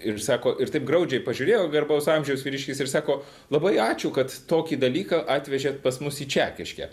ir sako ir taip graudžiai pažiūrėjo garbaus amžiaus vyriškis ir sako labai ačiū kad tokį dalyką atvežėt pas mus į čekiškę